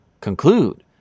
conclude